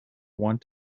want